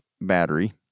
battery